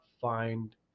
find